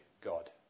God